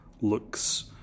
looks